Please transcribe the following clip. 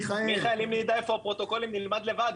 מיכאל אם נדע איפה הפרוטוקולים נלמד לבד,